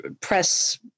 press